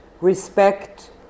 respect